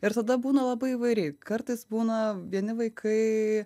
ir tada būna labai įvairiai kartais būna vieni vaikai